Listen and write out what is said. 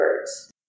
birds